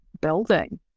building